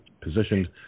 positioned